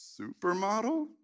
supermodel